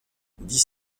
dix